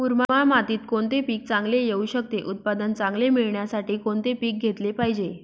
मुरमाड मातीत कोणते पीक चांगले येऊ शकते? उत्पादन चांगले मिळण्यासाठी कोणते पीक घेतले पाहिजे?